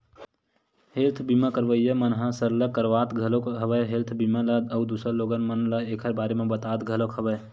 health बीमा करवइया मन ह सरलग करवात घलोक हवय हेल्थ बीमा ल अउ दूसर लोगन मन ल ऐखर बारे म बतावत घलोक हवय